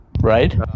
Right